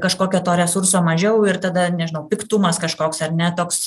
kažkokio to resurso mažiau ir tada nežinau piktumas kažkoks ar ne toks